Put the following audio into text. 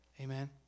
Amen